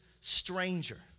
stranger